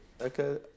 Okay